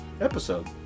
episode